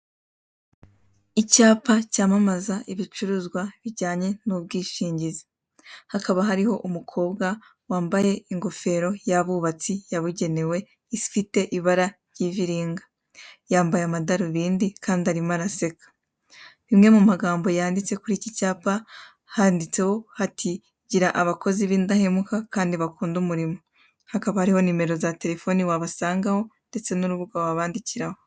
Icyapa cyamamaza ibicuruzwa bijyanye n'ubwishingizi. Hakaba hariho umukobwa wambaye ingofero y'abubatsi yabugenewe ifite ibara ry'iviringa, yambaye amadarubindi kandi arimo araseka. Rimwe mu magambo yanditse kuri iki cyapa handitseho hati: <<Gira abakozi b'indahemuka kandi bakunda umurimo.>> Hakaba hariho nimero za telefoni wabasangaho ndetse n'urubuga wabandikiraho.